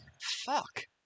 Fuck